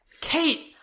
Kate